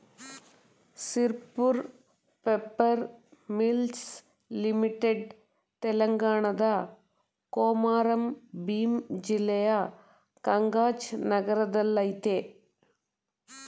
Sirpur paper mills limited ತೆಲಂಗಾಣದ ಕೊಮಾರಂ ಭೀಮ್ ಜಿಲ್ಲೆಯ ಕಗಜ್ ನಗರದಲ್ಲಯ್ತೆ